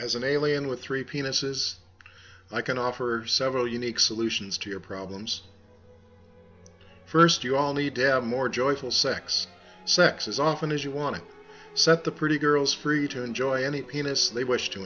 as an alien with three penises i can offer several unique solutions to your problems first you all need to have more joyful sex sex as often as you want to set the pretty girls free to enjoy any penis they wish to